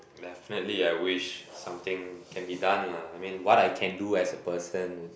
definitely I wish something can be done lah I mean what I can do as a person with